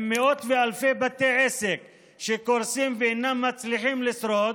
עם מאות ואלפי בתי עסק שקורסים ואינם מצליחים לשרוד,